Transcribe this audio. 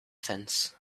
fence